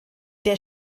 der